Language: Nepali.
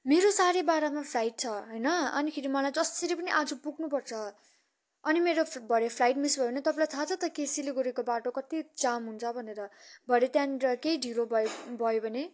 मेरो साँढे बाह्रमा फ्लाइट छ होइन अनिखेरि मलाई जसरी पनि आज पुग्नुपर्छ अनि मेरो भरे फ्लाइट मिस भयो भने तपाईँलाई थाहा छ त के सिलगढीको बाटो कति जाम हुन्छ भनेर भरे त्यहाँनिर केही ढिलो भयो भयो भने